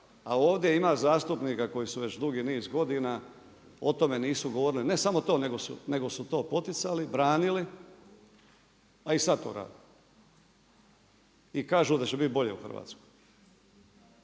a ovdje ima zastupnik koji su dugi niz godina o tome nisu govorili, ne samo to, nego su to poticali, branili, pa i sad to rade. I kažu da će biti bolje u Hrvatskoj.